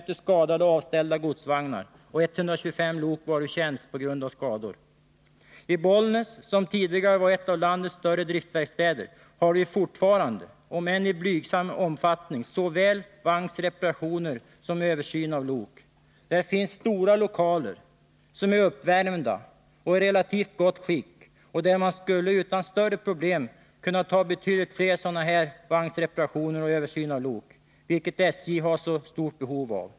I Bollnäs, som tidigare var en av landets större driftsverkstäder, har vi fortfarande, om än i blygsam omfattning, såwäl vagnsreparationer som översyn av lok. Där finns stora lokaler, som är uppvärmda och i relativt gott skick, och där skulle man utan större problem kunna ta betydligt fler sådana här vagnsreparationer och översyner av lok, vilket SJ har så stort behov av.